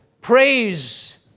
praise